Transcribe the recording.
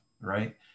right